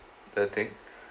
the thing